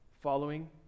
following